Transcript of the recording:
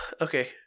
Okay